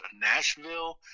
Nashville